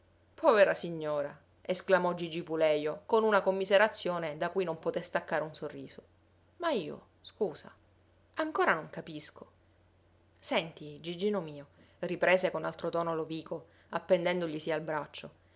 povera signora esclamò gigi pulejo con una commiserazione da cui non poté staccare un sorriso ma io scusa ancora non capisco senti gigino mio riprese con altro tono lovico appendendoglisi al braccio